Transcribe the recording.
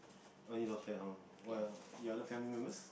why you don't stay at home well your other family members